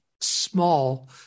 small